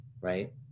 right